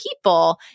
people